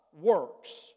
works